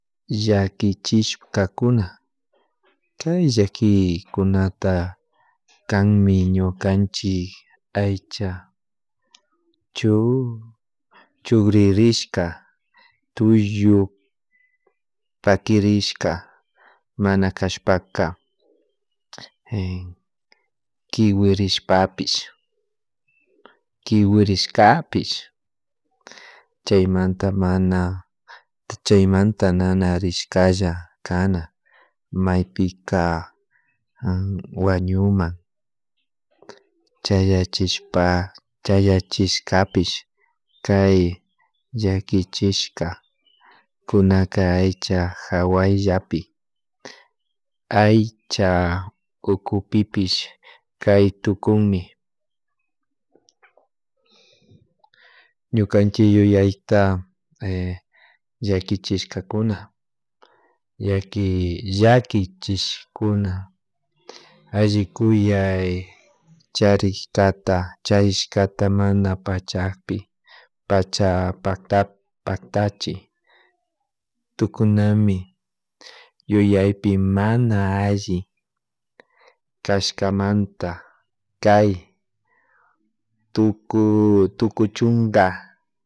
Llakichishkakuna kay llakikunata kanmi ñukanchik aychachu chucririshka, tullu pakirishka, mana kashpaka kiwirishpapish kiwirishkapish chaymanta mana, chaymanta nana rishkalla kana maypika wañuman chay llachishpa, chayachishkapish, kay llakichishka kunaka aycha jawallapi aycha ukupi kay tukunmi ñukanchik yuyayta llakichishkauna yaki llakichishkuna alli kuyay charikta charishkata mana pachapik pacha pakta paktachi tukunami yuyaypi mana alli cashkamanta kay tuku tukuychunka